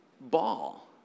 ball